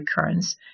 recurrence